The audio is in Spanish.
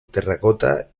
terracota